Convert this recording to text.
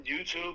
YouTube